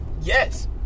Yes